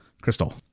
Crystal